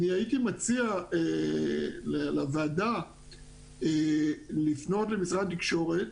הייתי מציע לוועדה לפנות למשרד התקשורת